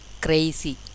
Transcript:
crazy